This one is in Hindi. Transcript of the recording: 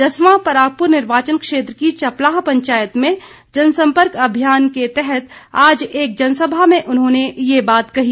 जसवां परागपुर निर्वाचन क्षेत्र की चपलाह पंचायत में जन संपर्क अभियान के तहत आज एक जनसभा में उन्होंने ये बात कही